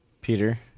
Peter